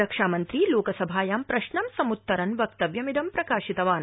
रक्षामन्त्री लोकसभायां प्रश्नं समुत्तरन् वक्तव्यमिदं प्रकाशितवान्